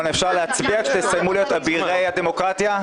כשתסיימו להיות אבירי הדמוקרטיה אפשר להצביע?